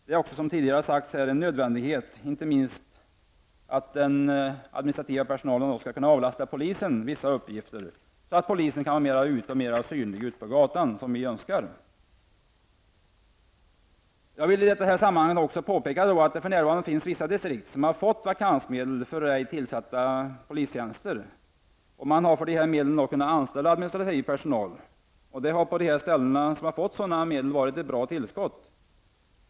Detta är också nödvändigt, inte minst därför att den administrativa personalen kan avlasta polisen vissa uppgifter, så att polisen kan vara mer synlig ute på gatorna, vilket vi önskar. Jag vill i det här sammanhanget även påpeka att det för närvarande finns vissa distrikt som har fått vakansmedel för ej tillsatta polistjänster. Man har för dessa medel kunnat anställa administrativ personal. För de ställen som har fått sådana medel har det varit ett bra tillskott.